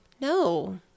No